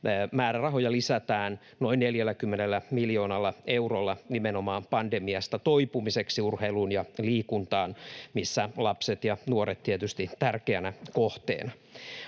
toipumiseksi lisätään noin 40 miljoonalla eurolla määrärahoja urheiluun ja liikuntaan, missä lapset ja nuoret tietysti tärkeänä kohteena.